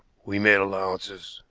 we made allowances,